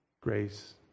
grace